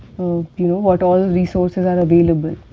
you know what all resources are available.